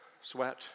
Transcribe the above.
sweat